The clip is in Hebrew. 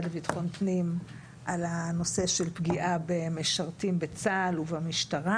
לביטחון פנים על הנושא של פגיעה במשרתים בצה"ל ובמשטרה,